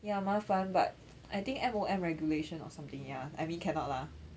ya 麻烦 but I think M_O_M regulation or something ya I mean cannot lah